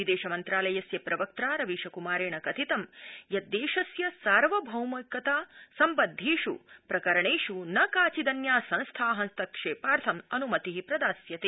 विदेशमन्त्रालयस्य प्रवक्त्रा रवीशकुमारेण कथितं यत् देशस्य सार्वभौमिकता सम्बद्वेष् प्रकरणेष् न काचिदन्या संस्था हस्तक्षेपार्थं अन्मति प्रदास्यते